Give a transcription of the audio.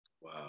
Wow